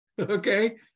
Okay